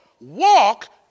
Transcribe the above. walk